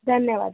धन्यवाद